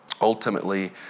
ultimately